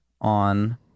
on